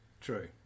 True